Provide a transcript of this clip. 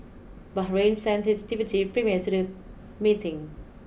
Bahrain sent its deputy premier to the meeting